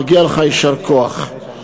מגיע לך יישר כוח.